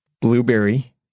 Blueberry